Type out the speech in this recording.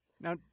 Now